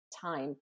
time